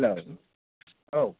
hello औ